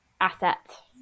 asset